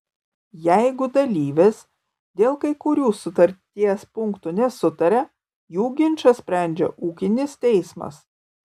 jeigu dalyvės dėl kai kurių sutarties punktų nesutaria jų ginčą sprendžia ūkinis teismas